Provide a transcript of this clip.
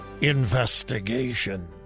investigation